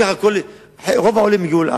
כך רוב העולים הגיעו לארץ.